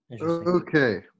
Okay